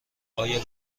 آیا